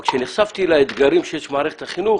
אבל כשנחשפתי לאתגרים שיש במערכת החינוך,